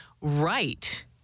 right